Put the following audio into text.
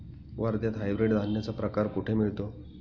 वर्ध्यात हायब्रिड धान्याचा प्रकार कुठे मिळतो?